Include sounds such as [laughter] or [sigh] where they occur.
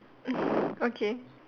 [laughs] okay